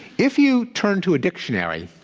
if you turn to a dictionary,